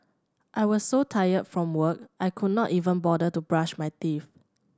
I was so tired from work I could not even bother to brush my teeth